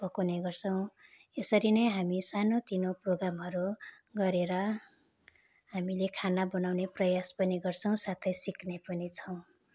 पकाउने गर्छौँ यसरी नै हामी सानोतिनो प्रोग्रामहरू गरेर हामीले खाना बनाउने प्रयास पनि गर्छौँ साथै सिक्ने पनि छौँ